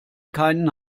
keinen